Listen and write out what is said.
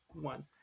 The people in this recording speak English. one